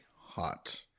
hot